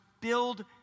build